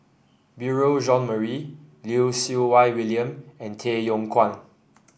Beurel Jean Marie Lim Siew Wai William and Tay Yong Kwang